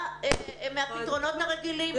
מהפתרונות הרגילים.